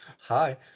Hi